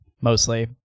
Mostly